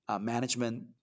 management